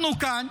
אנחנו כאן,